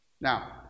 Now